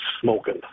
smoking